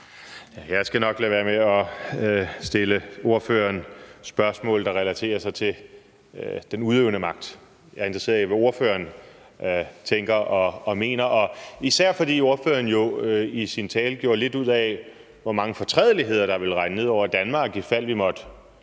Jeg skal nok lade være med at stille ordføreren spørgsmål, der relaterer sig til den udøvende magt. Jeg er interesseret i, hvad ordføreren tænker og mener, især fordi ordføreren jo i sin tale gjorde lidt ud af, hvor mange fortrædeligheder der ville regne ned over Danmark, ifald vi måtte